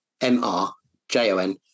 M-R-J-O-N